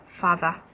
father